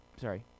sorry